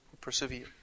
persevere